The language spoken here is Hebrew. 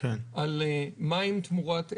על מים תמורת אנרגיה,